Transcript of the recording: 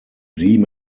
from